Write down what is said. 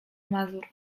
mazur